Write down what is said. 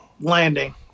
landing